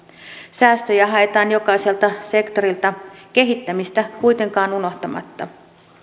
säästöjä haetaan jokaiselta sektorilta kehittämistä kuitenkaan unohtamatta